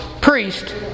priest